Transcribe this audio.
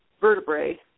vertebrae